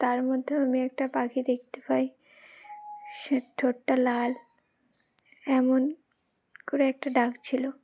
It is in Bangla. তার মধ্যেও আমি একটা পাখি দেখতে পাই সে ঠোটটা লাল এমন করে একটা ডাক ছিলো